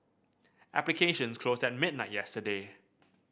applications closed at midnight yesterday